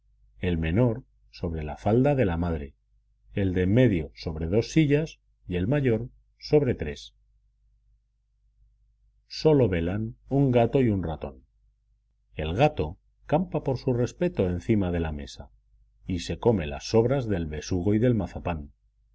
el menor sobre la falda de la madre el de en medio sobre dos sillas y el mayor sobre tres sólo velan un gato y un ratón el gato campa por su respeto encima de la mesa y se come las sobras del besugo y del mazapán